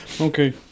Okay